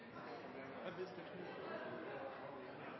at hvis det er